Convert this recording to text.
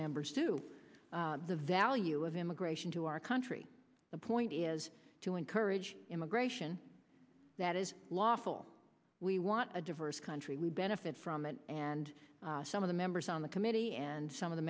members to the value of immigration to our country the point is to encourage immigration that is lawful we want a diverse country we benefit from it and some of the members on the committee and some of the